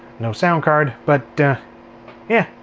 no sound card. but yeah,